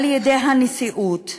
על-ידי הנשיאות,